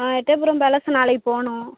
ஆ Ettayapuram palace நாளைக்கு போகணும்